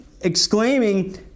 exclaiming